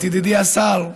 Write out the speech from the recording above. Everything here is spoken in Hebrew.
אדוני השר,